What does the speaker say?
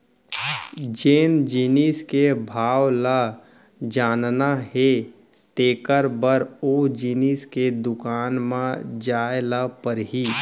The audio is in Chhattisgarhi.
जेन जिनिस के भाव ल जानना हे तेकर बर ओ जिनिस के दुकान म जाय ल परही